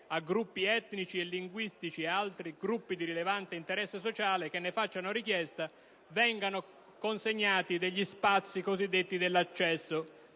a gruppi etnici e linguistici e ad altri gruppi di rilevante interesse sociale che ne facciano richiesta vengono consegnati degli spazi cosiddetti dell'accesso,